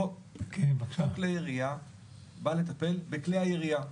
חוק כלי ירייה בא לטפל בכלי הירייה.